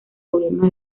gobiernos